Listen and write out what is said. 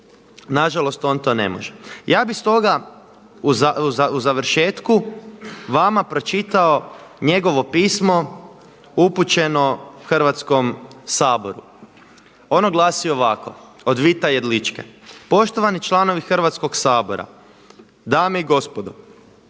nažalost on to ne može. Ja bi stoga u završetku vama pročitao njegovo pismo upućeno Hrvatskom saboru. Ono glasi ovako od Vita Jedličke „Poštovani članovi Hrvatskog sabora, dame i gospodo